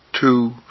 two